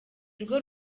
rwo